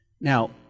Now